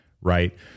Right